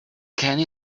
kenny